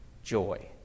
Joy